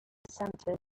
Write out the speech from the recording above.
center